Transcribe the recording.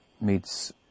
meets